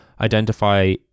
identify